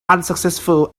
unsuccessful